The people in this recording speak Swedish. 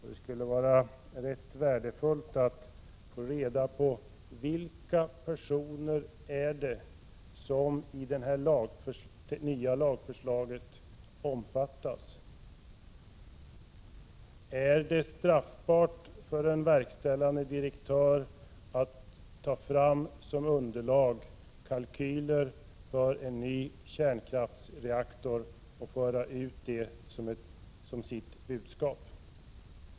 Det skulle vara rätt värdefullt att få reda på vilka personer det är som omfattas av det nya lagförslaget. Är det straffbart för en verkställande direktör att ta fram som underlag kalkyler för en ny kärnkraftsreaktor och föra ut det som sitt budskap?